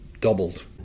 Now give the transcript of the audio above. doubled